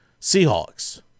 Seahawks